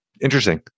Interesting